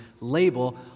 Label